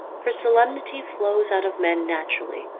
for solemnity flows out of men naturally,